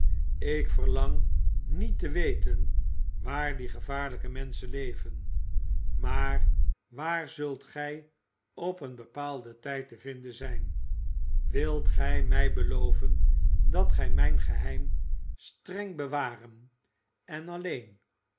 ik verlang niet te weten waar die gevaarlijke menschen leven maar waar zult gij op een bepaalden tijd te vinden zijn wilt gij mij beloven dat gij mijn geheim streng bewaren en alleen